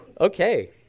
okay